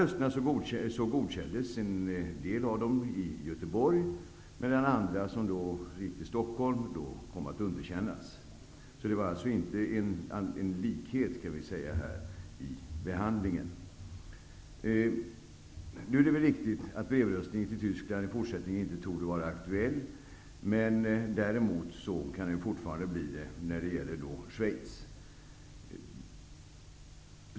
En del av dessa röster godkändes i Göteborg medan andra, som gick till Stockholm, kom att underkännas. Man kan alltså säga att det inte var en likställighet i behandlingen. Det är väl riktigt att brevröstningen inte torde vara aktuell i Tyskland, men däremot kan det fortfarande bli sådan i Schweiz.